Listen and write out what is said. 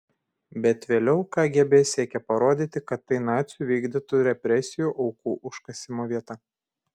bet vėliau kgb siekė parodyti kad tai nacių vykdytų represijų aukų užkasimo vieta